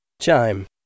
Chime